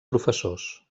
professors